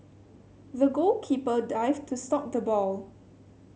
the goalkeeper dived to stop the ball